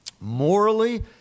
morally